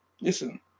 Listen